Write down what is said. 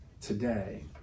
today